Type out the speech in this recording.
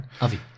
AVI